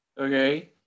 okay